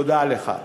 תודה לך.